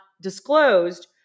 disclosed